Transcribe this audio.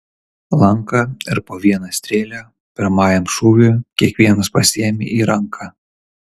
lanką ir po vieną strėlę pirmajam šūviui kiekvienas pasiėmė į ranką